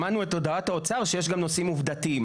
שמענו את הודעת האוצר שיש גם נושאים עובדתיים.